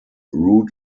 root